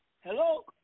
Hello